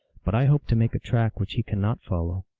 but i hope to make a track which he cannot follow.